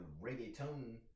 reggaeton